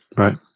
Right